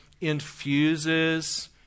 infuses